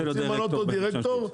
רוצים למנות אותו דירקטור,